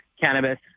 cannabis